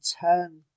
turn